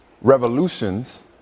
revolutions